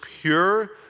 pure